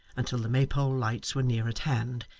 until the maypole lights were near at hand,